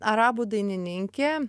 arabų dainininkė